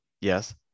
Yes